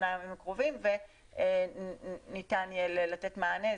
הימים הקרובים וניתן יהיה לתת להן מענה.